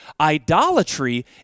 Idolatry